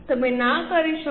તમે ના કરી શકો